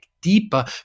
deeper